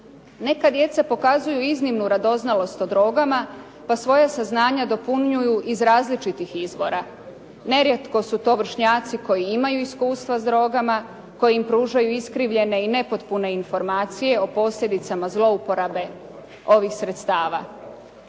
Neka djeca pokazuju iznimnu radoznalost o drogama pa svoja saznanja dopunjuju iz različitih izvora. Nerijetko su to vršnjaci koji imaju iskustva s drogama koji im pružaju iskrivljene i nepotpune informacije o posljedicama zlouporabe ovih sredstava.